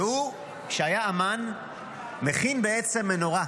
והוא, שהיה אומן, מכין בעצם מנורה,